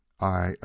I